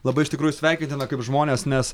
labai iš tikrųjų sveikintina kaip žmonės nes